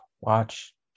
watch